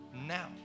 now